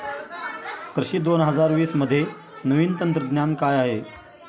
कृषी दोन हजार वीसमध्ये नवीन तंत्रज्ञान काय आहे?